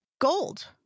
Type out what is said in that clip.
Gold